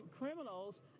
criminals